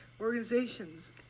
Organizations